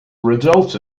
result